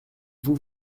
vous